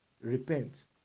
repent